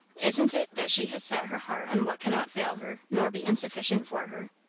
isn't it, that she has set her heart on what cannot fail her nor be insufficient for her?